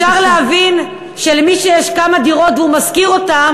אפשר להבין שמי שיש לו כמה דירות והוא משכיר אותן,